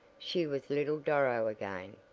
she was little doro again,